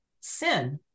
sin